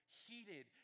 heated